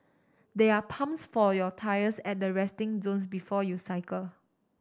there are pumps for your tyres at the resting zones before you cycle